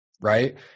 right